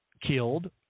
killed